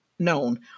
Known